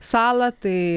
salą tai